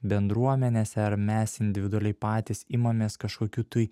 bendruomenėse ar mes individualiai patys imamės kažkokių tui